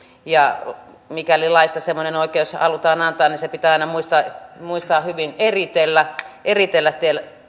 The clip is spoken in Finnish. mikäli laissa semmoinen oikeus halutaan antaa niin se pitää aina muistaa muistaa hyvin eritellä eritellä